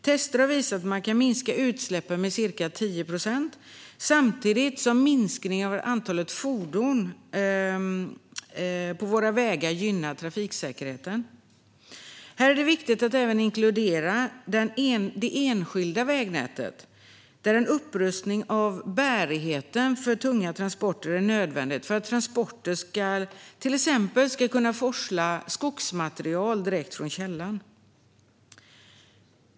Tester har visat att det kan minska utsläppen med ca 10 procent samtidigt som minskningen i antalet vägtransporter gynnar trafiksäkerheten. Här är det viktigt att inkludera det enskilda vägnätet, där en upprustning av bärigheten för tunga transporter är nödvändig för att transporter till exempel ska kunna forsla skogsmaterial direkt från källan.